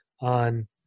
on